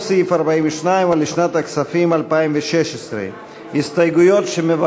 58. אני קובע כי סעיף 42 לשנת הכספים 2015 התקבל כנוסח